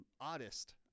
oddest